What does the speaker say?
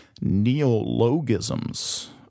neologisms